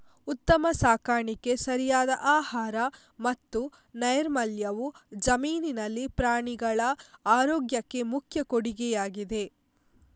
ಉತ್ತಮ ಸಾಕಾಣಿಕೆ, ಸರಿಯಾದ ಆಹಾರ ಮತ್ತು ನೈರ್ಮಲ್ಯವು ಜಮೀನಿನಲ್ಲಿ ಪ್ರಾಣಿಗಳ ಆರೋಗ್ಯಕ್ಕೆ ಮುಖ್ಯ ಕೊಡುಗೆಯಾಗಿದೆ